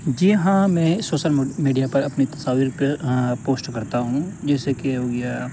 جی ہاں میں social media پر اپنی تصاویر پوسٹ کرتا ہوں جیسے کہ ہو گیا